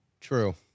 True